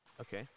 okay